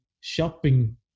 shopping